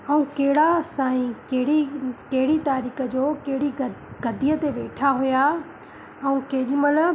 ऐं कहिड़ा साई कहिड़ी कहिड़ी तारीख़ जो कहिड़ी गदीअ जे वेठा हुया ऐं केॾीमहिल